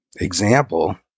example